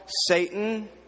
Satan